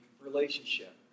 relationship